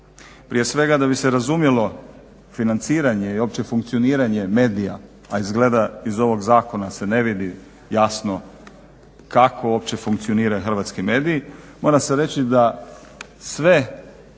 Prije svega da bi se razumjelo financiranje i opće funkcioniranje medija a izgleda iz ovog zakona se ne vidi jasno kako uopće funkcioniraju hrvatski mediji. Mora se reći da sve